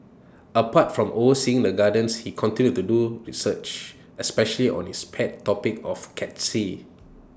apart from overseeing the gardens he continues to do research especially on his pet topic of cacti